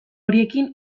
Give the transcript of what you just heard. horiekin